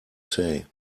say